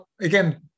again